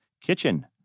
kitchen